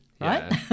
Right